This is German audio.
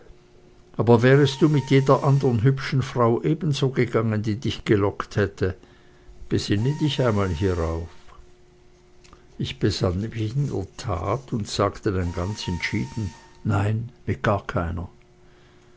aber wärest du mit jeder anderen hübschen frau ebenso gegangen die dich gelockt hätte besinne dich einmal hierauf ich besann mich in der tat und sagte dann ganz entschieden nein mit gar keiner